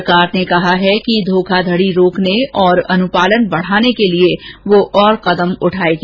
सरकार ने कहा है कि धोखाधडी रोकने तथा अनुपालन बढाने के लिए वह और कदम उठाएगी